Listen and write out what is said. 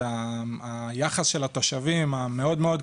זה היחס של התושבים המאוד מאוד קטן.